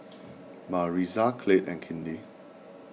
Maritza Clyde and Kinley